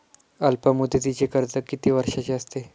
अल्पमुदतीचे कर्ज किती वर्षांचे असते?